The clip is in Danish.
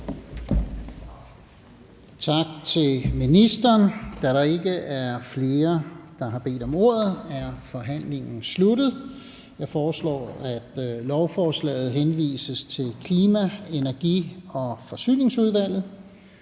Tak til ministeren. Da der ikke er flere, der har bedt om ordet, er forhandlingen sluttet. Jeg foreslår, at lovforslaget henvises til Klima-, Energi- og Forsyningsudvalget.